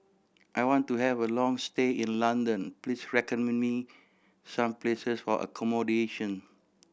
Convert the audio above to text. I want to have a long stay in London Please recommend me some places for accommodation